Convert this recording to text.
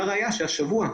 והראיה: שהשבוע,